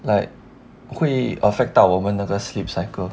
like 会 affect 到我们那个 sleep cycle